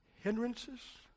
hindrances